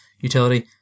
utility